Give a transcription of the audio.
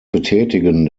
betätigen